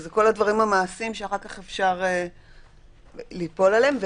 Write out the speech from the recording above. אלה כל הדברים המעשיים שאחר כך אפשר ליפול עליהם.